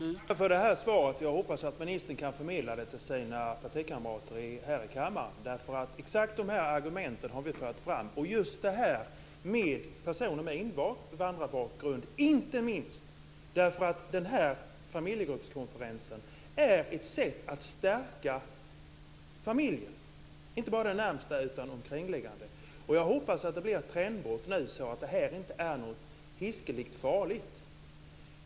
Herr talman! Jag tackar för svaret. Jag hoppas att ministern kan förmedla det till sina partikamrater här i kammaren. Exakt de här argumenten har vi fört fram, inte minst det här med personer med invandrarbakgrund. Familjegruppskonferenser är ett sätt att stärka familjen, inte bara den närmsta utan den omkringliggande. Jag hoppas att det blir ett trendbrott så att det här inte är något hiskeligt farligt.